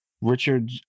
Richard